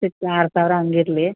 ಆರು ಸಾವಿರ ಹಂಗಿರ್ಲಿ